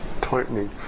tightening